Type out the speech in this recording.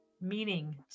meaning